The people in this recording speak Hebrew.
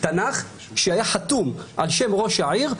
תנ"ך שהיה חתום על שם ראש העיר,